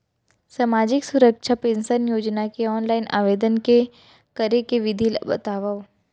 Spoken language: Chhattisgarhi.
सामाजिक सुरक्षा पेंशन योजना के ऑनलाइन आवेदन करे के विधि ला बतावव